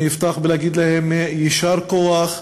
אני אפתח בלהגיד להם: יישר כוח,